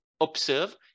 observe